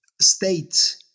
state